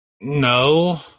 no